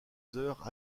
heures